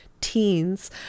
teens